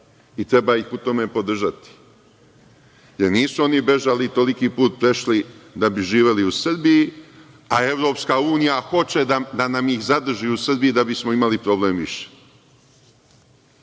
i treba ih u tome podržati, jer oni nisu oni bežali, toliki put prešli, da bi živeli u Srbiji, a EU hoće da nam ih zadrži u Srbiji da bismo imali problem više.